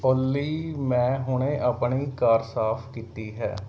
ਓਲੀ ਮੈਂ ਹੁਣੇ ਆਪਣੀ ਕਾਰ ਸਾਫ਼ ਕੀਤੀ ਹੈ